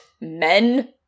men